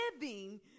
living